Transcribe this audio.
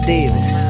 Davis